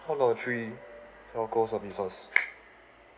call number three telco services